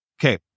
Okay